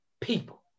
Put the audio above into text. people